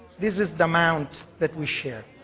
this is the amount that we share.